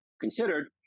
considered